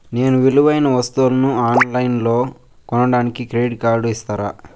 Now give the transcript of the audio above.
నేను విలువైన వస్తువులను ఆన్ లైన్లో కొనడానికి క్రెడిట్ కార్డు ఇస్తారా?